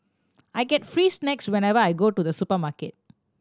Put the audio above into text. I get free snacks whenever I go to the supermarket